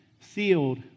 sealed